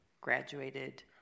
graduated